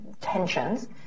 tensions